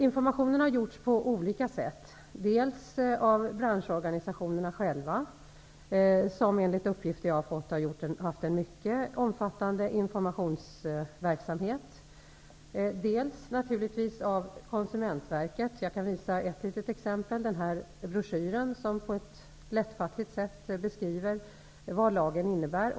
Informationen har gjorts på olika sätt, dels av branschorganisationerna själva, som enligt uppgifter som jag har fått har haft en mycket omfattande informationsverksamhet, dels naturligtvis av Konsumentverket. Jag kan här visa ett exemplar av en broschyr som på ett lättfattligt sätt beskriver vad lagen innebär.